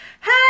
Hey